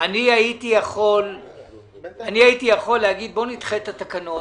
אני הייתי יכול להגיד בואו נדחה את התקנות.